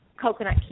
coconut